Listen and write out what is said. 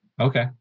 Okay